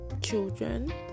children